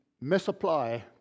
misapply